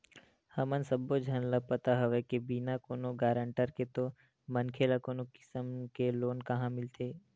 हमन सब्बो झन ल पता हवय के बिना कोनो गारंटर के तो मनखे ल कोनो किसम के लोन काँहा मिलथे